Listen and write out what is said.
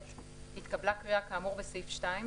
התקבלה קריאה כאמור בסעיף 2,